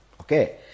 Okay